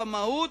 במהות,